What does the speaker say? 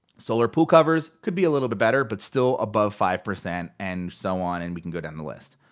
solar pool covers, could be a little bit better, but still above five percent, and so on, and we can go down the list.